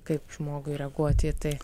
kaip žmogui reaguoti į tai